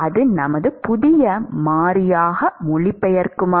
அது நமது புதிய மாறியாக மொழிபெயர்க்குமா